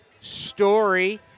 story